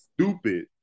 Stupid